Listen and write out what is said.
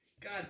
God